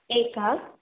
एकं